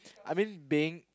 I mean being